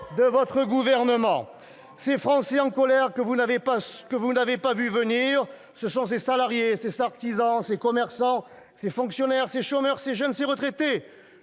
de votre gouvernement. Ces Français en colère que vous n'avez pas vus venir, ce sont ces salariés, ces artisans, ces commerçants, ces fonctionnaires, ces chômeurs, ces jeunes, ces retraités